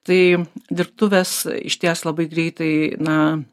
tai dirbtuvės išties labai greitai na